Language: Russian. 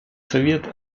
совет